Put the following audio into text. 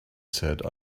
said